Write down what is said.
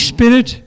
Spirit